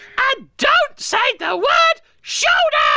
and don't say the word shoulders.